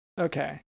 okay